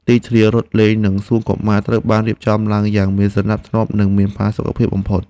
ទីធ្លារត់លេងនិងសួនកុមារត្រូវបានរៀបចំឡើងយ៉ាងមានសណ្តាប់ធ្នាប់និងមានផាសុកភាពបំផុត។